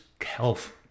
health